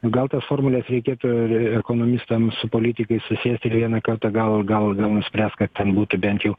gal tas formules reikėtų ir ekonomistam su politikais susiet ir vieną kartą gal gal nuspręst kad ten būtų bent jau